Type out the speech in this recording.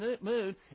mood